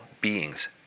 beings